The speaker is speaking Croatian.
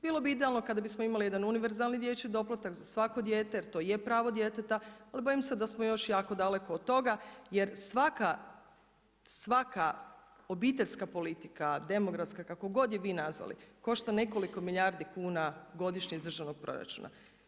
Bilo bi idealno kada bismo imali jedan univerzalni dječji doplatak za svako dijete jer to je pravo djeteta, ali bojim se da smo još jako daleko od toga jer svaka obiteljska politika, demografska kako god je vi nazvali košta nekoliko milijardi kuna godišnje iz državnog proračuna.